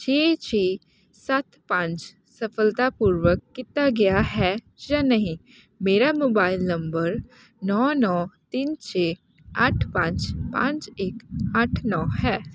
ਛੇ ਛੇ ਸੱਤ ਪੰਜ ਸਫਲਤਾਪੂਰਵਕ ਕੀਤਾ ਗਿਆ ਹੈ ਜਾਂ ਨਹੀਂ ਮੇਰਾ ਮੋਬਾਇਲ ਨੰਬਰ ਨੌ ਨੌ ਤਿੰਨ ਛੇ ਅੱਠ ਪੰਜ ਪੰਜ ਇੱਕ ਅੱਠ ਨੌ ਹੈ